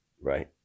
right